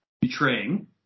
Betraying